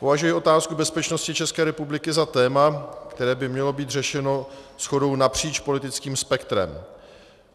Považuji otázku bezpečnosti České republiky za téma, které by mělo být řešeno shodou napříč politickým spektrem,